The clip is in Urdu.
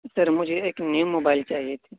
سر مجھے ایک نیو موبائل چاہیے تھی